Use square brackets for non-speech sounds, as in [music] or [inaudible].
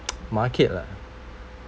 [noise] market lah